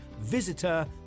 visitor